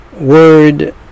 word